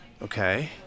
Okay